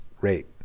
rate